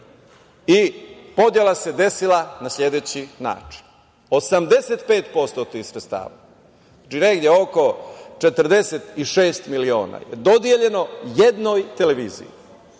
Podela se desila na sledeći način – 85% tih sredstava, negde oko 46 miliona je dodeljeno jednoj televiziji,